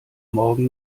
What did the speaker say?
morgen